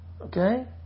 Okay